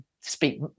speak